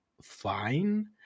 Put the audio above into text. fine